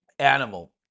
animal